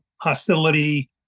hostility